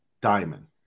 diamond